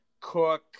cook